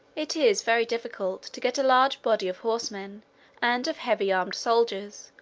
it is very difficult to get a large body of horsemen and of heavy-armed soldiers,